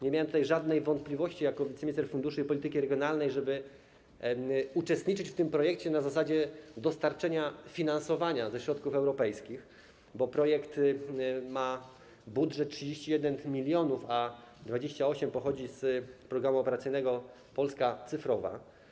Nie miałem tutaj żadnej wątpliwości jako wiceminister funduszy i polityki regionalnej, żeby uczestniczyć w tym projekcie na zasadzie dostarczenia finansowania ze środków europejskich, bo projekt ma budżet 31 mln, a 28 mln pochodzi z Programu Operacyjnego „Polska cyfrowa”